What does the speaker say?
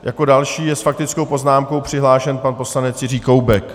Jako další je s faktickou poznámkou přihlášen pan poslanec Jiří Koubek.